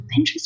Pinterest